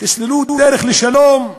תסללו דרך לשלום,